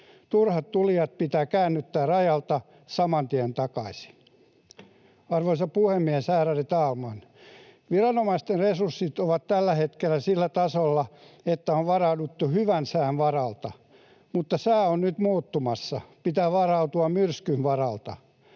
Turhat tulijat pitää käännyttää rajalta saman tien takaisin. Arvoisa puhemies, ärade talman! Viranomaisten resurssit ovat tällä hetkellä sillä tasolla, että on varauduttu hyvän sään varalta. Mutta sää on nyt muuttumassa. Pitää varautua myrskyn varalta.